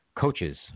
coaches